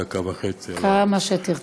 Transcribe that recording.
דקה וחצי על כל העיכובים.